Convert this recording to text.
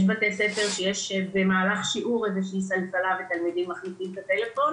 יש בתי ספר שיש במהלך שיעור איזו שהיא טלטלה ותלמידים מחזיקים את הטלפון